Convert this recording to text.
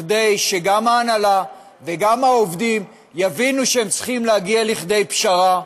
כדי שגם ההנהלה וגם העובדים יבינו שהם צריכים להגיע לפשרה,